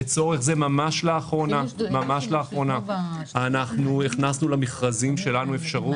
לצורך זה ממש לאחרונה הכנסנו למכרזים שלנו אפשרות,